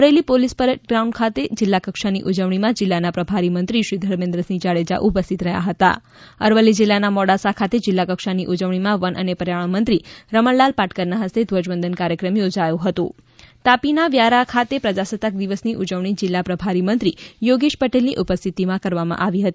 Amreli police parade ground ખાતે જિલ્લાવકક્ષાની ઉજવણીમાં જિલ્લાના પ્રભારી મંત્રીશ્રી ધર્મેન્દ્રસિંહ જાડેજા ઉપસ્થિત રહ્યા હતા અરવલ્લી જિલ્લાના મોડાસા ખાતે જિલ્લા કક્ષાની ઉજવણીમાં વન અને પર્યાવરણ મંત્રી રમણલાલ પાટકરના હસ્તે ધ્વજવંદન કાર્યક્રમ યોજાયો હતો તાપીના વ્યારા ખાતે દક્ષિણાપથ વિવિધલક્ષી વિદ્યાલયનાં મેદાનમાં પ્રજાસત્તાક દિવસની ઉજવણી જિલ્લા પ્રભારી મંત્રી યોગેશ પટેલની ઉપસ્થિતિમાં કરવામાં આવી હતી